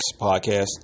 podcast